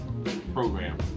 program